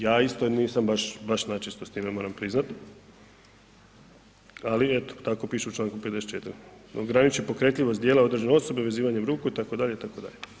Ja isto nisam baš, baš načisto s time moram priznat, ali eto tako piše u čl. 54. ograniči pokretljivost djela određene osobe vezivanjem ruku itd., itd.